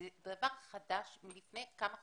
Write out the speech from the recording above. זה דבר חדש מלפני כמה חודשים.